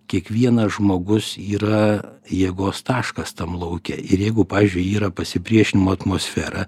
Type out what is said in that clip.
kiekvienas žmogus yra jėgos taškas tam lauke ir jeigu pavyzdžiui yra pasipriešinimo atmosfera